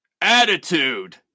Attitude